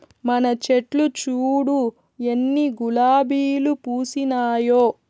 మన చెట్లు చూడు ఎన్ని గులాబీలు పూసినాయో